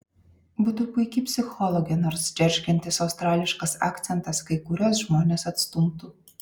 būtų puiki psichologė nors džeržgiantis australiškas akcentas kai kuriuos žmones atstumtų